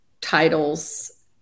titles